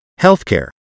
healthcare